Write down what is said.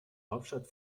hauptstadt